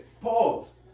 Pause